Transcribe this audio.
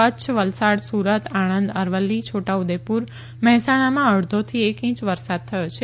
કચ્છ વલસાડ સુરત આણંદ અરવલ્લી છોટાઉદેપુર મહેસાણામાં અડધાથી એક ઇંચ વરસાદ થયો છે